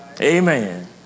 Amen